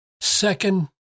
Second